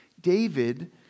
David